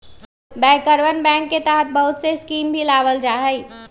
बैंकरवन बैंक के तहत बहुत से स्कीम के भी लावल जाहई